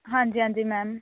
ਹਾਂਜੀ ਹਾਂਜੀ ਮੈਮ